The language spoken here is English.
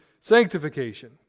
sanctification